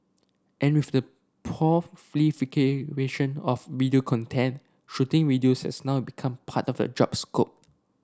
and with the of video content shooting videos has now become part of the job scope